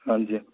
हंजी